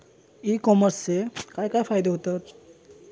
E कॉमर्सचे काय काय फायदे होतत?